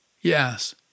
Yes